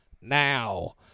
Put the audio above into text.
now